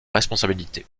responsabilité